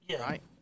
right